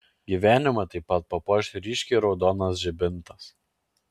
gyvenimą taip pat papuoš ryškiai raudonas žibintas